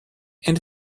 and